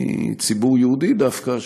מציבור יהודי דווקא,